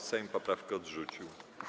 Sejm poprawki odrzucił.